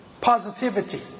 positivity